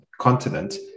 continent